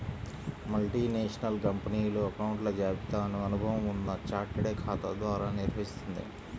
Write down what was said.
multinational కంపెనీలు అకౌంట్ల జాబితాను అనుభవం ఉన్న చార్టెడ్ ఖాతా ద్వారా నిర్వహిత్తుంది